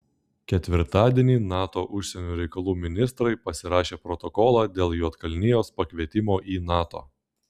ketvirtadienį nato užsienio reikalų ministrai pasirašė protokolą dėl juodkalnijos pakvietimo į nato